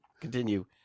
continue